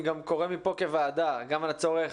אני גם קורא מפה כוועדה, גם על הצורך